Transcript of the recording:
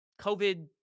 COVID